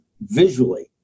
visually